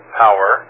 power